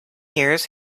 years